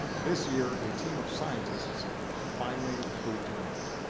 this year, a team of scientists finally proved him right.